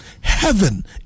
Heaven